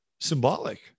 symbolic